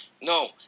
No